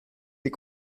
les